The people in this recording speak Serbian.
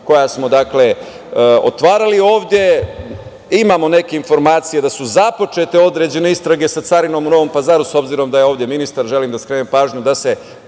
koje smo otvarali ovde. Imamo neke informacije da su započete određene istrage sa carinom u Novom Pazaru. S obzirom da je ovde ministar, želim da skrenem pažnju da se